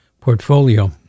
portfolio